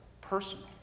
personal